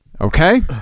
okay